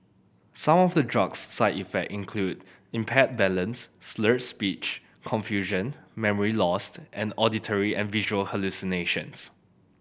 some of the drug's side effect include impaired balance slurred speech confusion memory lost and auditory and visual hallucinations